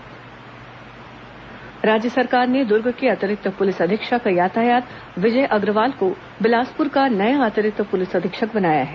तबादला राज्य सरकार ने दर्ग के अतिरिक्त पुलिस अधीक्षक यातायात विजय अग्रवाल को बिलासपुर का नया अतिरिक्त पुलिस अधीक्षक बनाया है